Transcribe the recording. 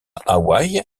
hawaï